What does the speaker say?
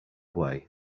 way